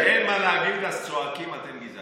אתה יודע, כשאין מה להגיד, אז צועקים: אתם גזענים.